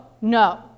no